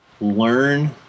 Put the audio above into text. learn